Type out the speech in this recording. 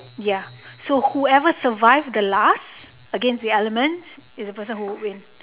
ya so whoever survive the last against the elements is the person who would win